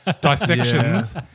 dissections